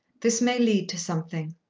this may lead to something.